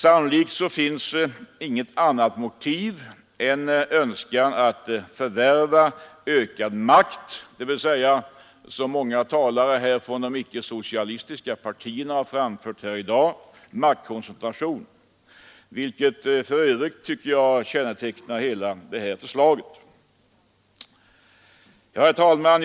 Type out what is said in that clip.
Sannolikt finns inget annat motiv än en önskan att förvärva ökad makt, dvs. — som talare från de icke socialistiska partierna anfört här i dag — en önskan om maktkoncentration, något som för övrigt kännetecknar hela detta förslag. Herr talman!